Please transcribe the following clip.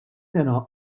sena